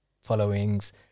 followings